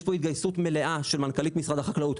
יש פה התגייסות מלאה של מנכ"לית משרד החקלאות,